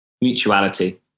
Mutuality